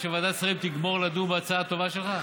שוועדת שרים תגמור לדון בהצעה הטובה שלך?